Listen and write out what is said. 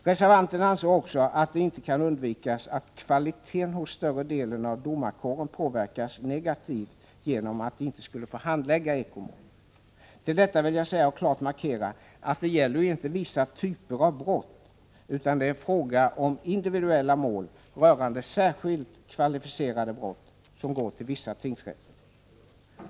Reservanterna anser också att det inte kan undvikas att kvaliteten hos större delen av domarkåren påverkas negativt genom att de inte skulle få handlägga ekomål. Till detta vill jag säga och klart markera att det inte gäller vissa typer av brott, utan att det är individuella mål rörande särskilt kvalificerade brott som går till vissa tingsrätter.